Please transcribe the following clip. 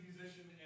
musician